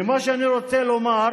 ומה שאני רוצה לומר,